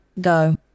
go